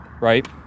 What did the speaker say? right